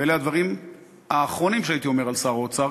ואלה הדברים האחרונים שהייתי אומר על שר האוצר,